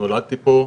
נולדתי פה,